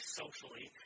socially